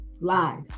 lies